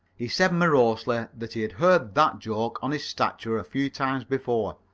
he said morosely that he had heard that joke on his stature a few times before.